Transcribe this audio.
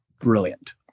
brilliant